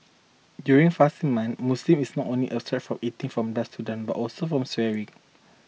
during fasting men Muslims is not only abstain from eating from dusk to dawn but also from swearing